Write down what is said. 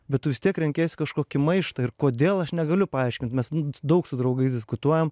bet tu vis tiek renkiesi kažkokį maištą ir kodėl aš negaliu paaiškint nes daug su draugais diskutuojam